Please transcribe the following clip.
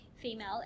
female